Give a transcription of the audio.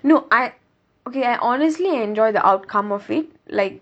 no I okay honestly enjoy the outcome of it like